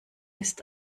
ist